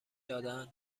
دادن